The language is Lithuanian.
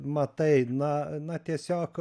matai na na tiesiog